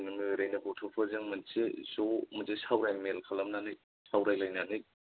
नोङो ओरैनो गथ'फोरजों मोनसे ज' मोनसे सावराय मेल खालामनानै सावरायलायनानै